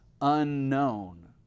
unknown